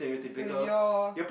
so your